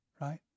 right